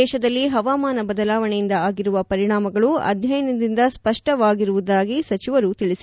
ದೇಶದಲ್ಲಿ ಹವಾಮಾನ ಬದಲಾವಣೆಯಿಂದ ಆಗಿರುವ ಪರಿಣಾಮಗಳು ಅಧ್ಯಯನದಿಂದ ಸ್ಪಷ್ಟವಾಗಿರುವುದಾಗಿ ಸಚಿವರು ತಿಳಿಸಿದ್ದಾರೆ